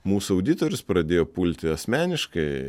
mūsų auditorius pradėjo pulti asmeniškai